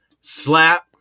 slap